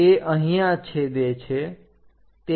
તે અહીંયા છેદે છે